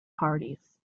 parties